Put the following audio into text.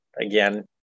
again